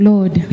Lord